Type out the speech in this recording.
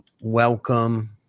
Welcome